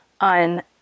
On